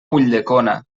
ulldecona